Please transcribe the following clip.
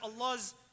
Allah's